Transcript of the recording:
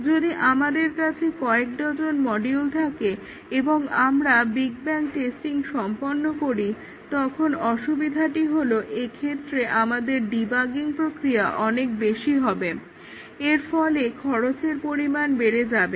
যদি আমাদের কাছে কয়েক ডজন মডিউল থাকে এবং আমরা বিগ ব্যাং টেস্টিং সম্পন্ন করি তখন অসুবিধাটি হলো এক্ষেত্রে আমাদের ডিবাগিং প্রক্রিয়া অনেক বেশি হয়ে যাবে এর ফলে খরচের পরিমাণ বেড়ে যাবে